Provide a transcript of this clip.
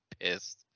pissed